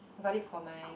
I got it for my